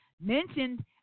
mentioned